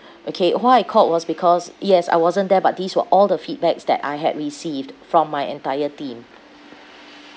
okay why I called was because yes I wasn't there but these were all the feedbacks that I had received from my entire team